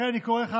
לכן אני קורא לך,